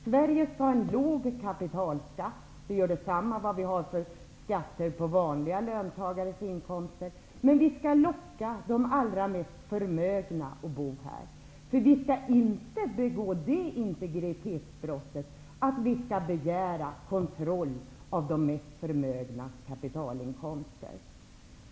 Sverige skall ha en låg kapitalskatt -- det gör detsamma vad det är för skatt på vanliga löntagares inkomster --, och vi skall locka de allra mest förmögna att bo här. Vi skall inte heller begå integritetsbrottet att begära kontroll av de mest förmögnas kapitalinkomster.